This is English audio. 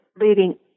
leading